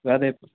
వేదయ్